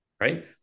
right